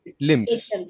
limbs